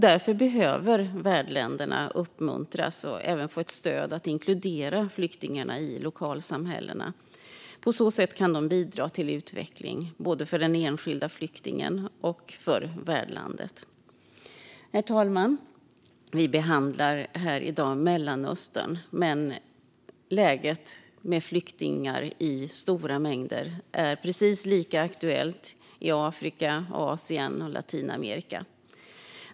Därför behöver värdländerna uppmuntras och även få stöd att inkludera flyktingarna i lokalsamhällena. På så sätt kan det bidra till utveckling både för den enskilda flyktingen och för värdlandet. Herr talman! Vi behandlar i dag Mellanöstern, men läget med flyktingar i stora mängder är precis lika aktuellt i Afrika, Asien och Latinamerika.